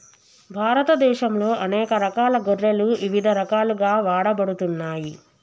భారతదేశంలో అనేక రకాల గొర్రెలు ఇవిధ రకాలుగా వాడబడుతున్నాయి